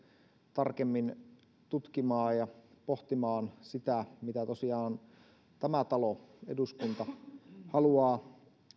tarkemmin tutkimaan ja pohtimaan sitä mitä tämä talo eduskunta haluaa